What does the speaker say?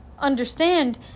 understand